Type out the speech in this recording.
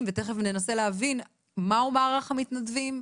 ותיכף ננסה להבין מה הוא מערך המתנדבים,